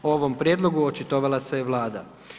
O ovom prijedlogu očitovala se Vlada.